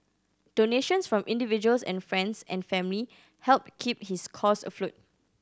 donations from individuals and friends and family helped keep his cause afloat